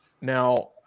Now